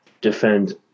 defend